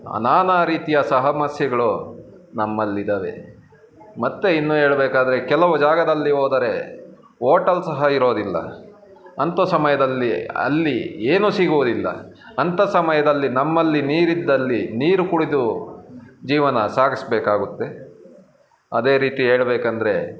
ನಾನಾ ರೀತಿಯ ಸಮಸ್ಯೆಗಳು ನಮ್ಮಲ್ಲಿದಾವೆ ಮತ್ತು ಇನ್ನು ಹೇಳ್ಬೇಕಾದ್ರೆ ಕೆಲವು ಜಾಗದಲ್ಲಿ ಹೋದರೆ ಓಟಲ್ ಸಹ ಇರೋದಿಲ್ಲ ಅಂಥ ಸಮಯದಲ್ಲಿ ಅಲ್ಲಿ ಏನೂ ಸಿಗುವುದಿಲ್ಲ ಅಂಥ ಸಮಯದಲ್ಲಿ ನಮ್ಮಲ್ಲಿ ನೀರಿದ್ದಲ್ಲಿ ನೀರು ಕುಡಿದು ಜೀವನ ಸಾಗಿಸಬೇಕಾಗುತ್ತೆ ಅದೇ ರೀತಿ ಹೇಳ್ಬೇಕಂದ್ರೆ